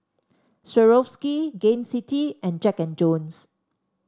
Swarovski Gain City and Jack And Jones